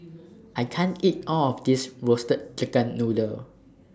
I can't eat All of This Roasted Chicken Noodle